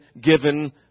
given